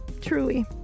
Truly